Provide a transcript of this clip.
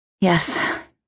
Yes